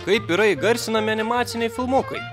kaip yra įgarsinami animaciniai filmukai